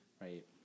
right